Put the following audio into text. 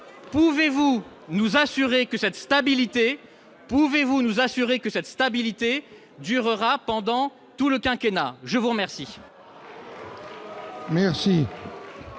pouvez-vous nous assurer que cette stabilité durera pendant tout le quinquennat ? Elle ne le